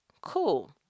cool